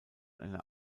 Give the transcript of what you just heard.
einer